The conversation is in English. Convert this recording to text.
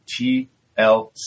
TLC